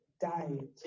died